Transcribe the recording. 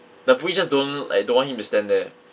the police just don't like don't want him to stand there